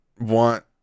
want